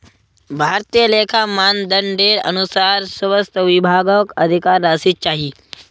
भारतीय लेखा मानदंडेर अनुसार स्वास्थ विभागक अधिक राशि चाहिए